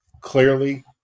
clearly